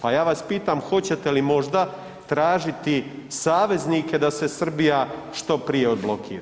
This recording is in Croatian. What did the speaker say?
Pa ja vas pitam hoćete li možda tražiti saveznike da se Srbija što prije odblokira?